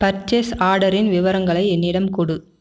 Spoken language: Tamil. பர்ச்சேஸ் ஆர்டரின் விவரங்களை என்னிடம் கொடு